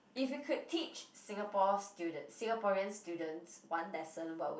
if you could teach Singapore student Singaporean students one lesson what would it be